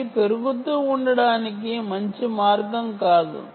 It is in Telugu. ఇది పెరుగుతూ ఉండటం మంచి మార్గం కాదు